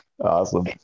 Awesome